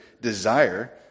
desire